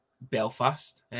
Belfast